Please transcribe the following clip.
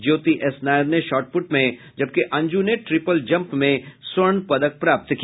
ज्योति S Nair ने shot put में जबकि अंजू ने ट्रीपल जंप में स्वर्ण पदक प्राप्त किया